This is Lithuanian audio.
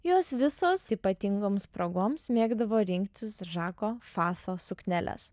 jos visos ypatingoms progoms mėgdavo rinktis žako faso sukneles